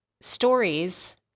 stories